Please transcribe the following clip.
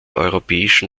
europäischen